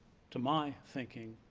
to my thinking,